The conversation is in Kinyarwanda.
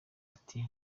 ati